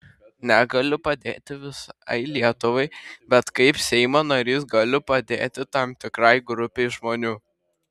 negaliu padėti visai lietuvai bet kaip seimo narys galiu padėti tam tikrai grupei žmonių